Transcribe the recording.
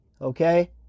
okay